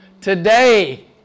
Today